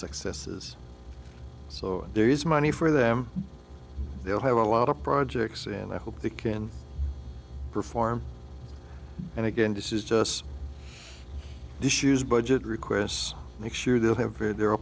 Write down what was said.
successes so there is money for them they'll have a lot of projects and i hope they can perform and again this is just the issues budget requests make sure they'll have had the